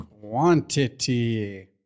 quantity